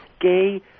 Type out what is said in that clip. gay